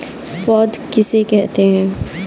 पौध किसे कहते हैं?